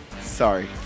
sorry